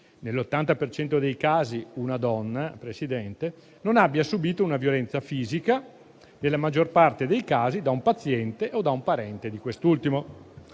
cento dei casi una donna, signora Presidente, non abbia subito una violenza fisica, nella maggior parte dei casi da un paziente o da un parente di quest'ultimo.